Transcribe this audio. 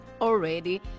already